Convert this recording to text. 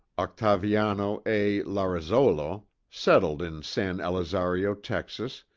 octaviano a. larrazolo, settled in san elizario, texas,